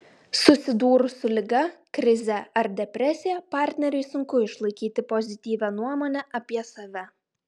susidūrus su liga krize ar depresija partneriui sunku išlaikyti pozityvią nuomonę apie save